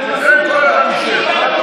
הם מנסים לתקוף אותי.